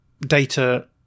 data